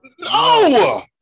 no